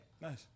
Nice